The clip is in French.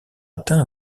atteints